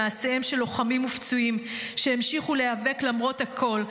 במעשיהם של לוחמים ופצועים שהמשיכו להיאבק למרות הכול.